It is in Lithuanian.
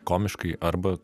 komiškai arba